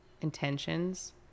intentions